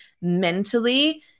mentally